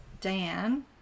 Diane